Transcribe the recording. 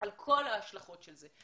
על כל ההשלכות של זה.